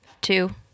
two